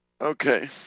Okay